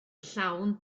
llawn